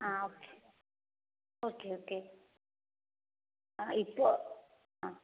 ആ okay okay okay ആ ഇപ്പോൾ ആ